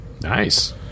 Nice